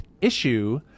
Issue